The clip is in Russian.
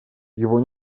его